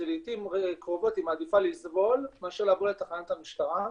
זה לעתים קרובות היא מעדיפה לסבול מאשר לבוא לתחנת המשטרה.